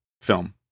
film